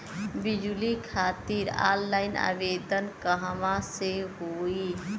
बिजली खातिर ऑनलाइन आवेदन कहवा से होयी?